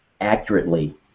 accurately